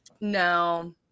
no